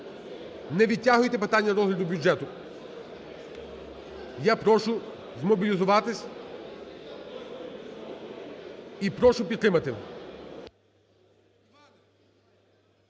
Не відтягуйте питання розгляду бюджету. Я прошу змобілізуватись і прошу підтримати.